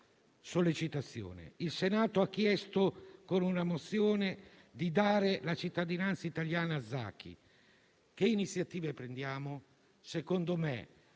il Senato ha chiesto con una mozione di dare la cittadinanza italiana a Zaky. Quali iniziative prendiamo?